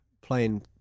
playing